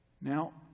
Now